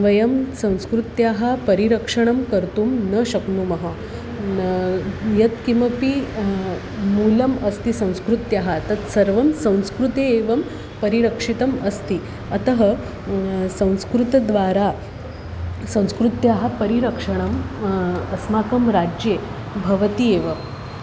वयं संस्कृत्याः परिरक्षणं कर्तुं न शक्नुमः न यत्किमपि मूलम् अस्ति संस्कृत्याः तत्सर्वं संस्कृते एवं परिरक्षितम् अस्ति अतः संस्कृतद्वारा संस्कृत्याः परिरक्षणम् अस्माकं राज्ये भवति एव